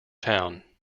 town